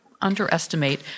underestimate